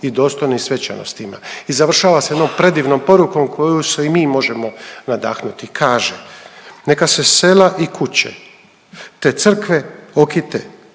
i dostojno svečanostima. I završava se jednom predivnom porukom kojom se i mi možemo nadahnuti. Kaže, neka se sela i kuće, te crkve okite